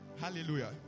Hallelujah